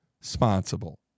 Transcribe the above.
responsible